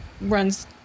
runs